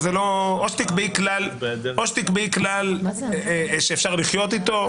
תקבעי כלל שאפשר לחיות איתו,